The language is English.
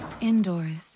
indoors